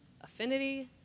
affinity